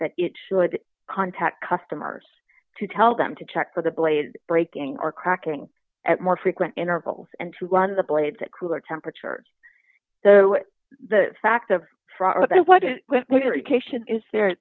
that it should contact customers to tell them to check for the blade breaking or cracking at more frequent intervals and to run the blades at cooler temperatures the fact of what cation is there